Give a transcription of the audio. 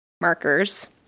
markers